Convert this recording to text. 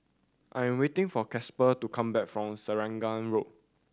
I am waiting for Casper to come back from Selarang Road